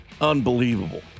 unbelievable